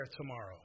tomorrow